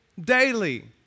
Daily